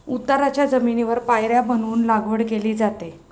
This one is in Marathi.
उताराच्या जमिनीवर पायऱ्या बनवून लागवड केली जाते